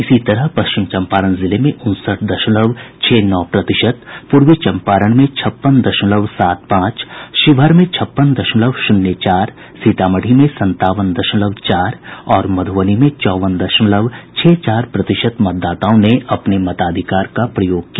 इसी तरह पश्चिम चम्पारण जिले में उनसठ दशमलव छह नौ प्रतिशत पूर्वी चम्पारण में छप्पन दशमलव सात पांच शिवहर में छप्पन दशमलव शून्य चार सीतामढ़ी में संतावन दशमलव चार और मधूबनी में चौवन दशमलव छह चार प्रतिशत मतदाताओं ने अपने मताधिकार का प्रयोग किया